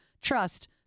trust